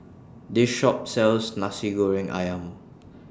This Shop sells Nasi Goreng Ayam